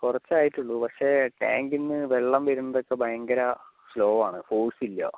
കുറച്ചേ ആയിട്ടുള്ളൂ പക്ഷേ ടാങ്കിൽ നിന്ന് വെള്ളം വരുന്നതൊക്കെ ഭയങ്കര സ്ലോ ആണ് ഫോഴ്സ് ഇല്ല